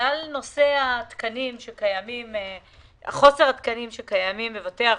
בגלל נושא המחסור בתקנים שקיימים בבתי החולים.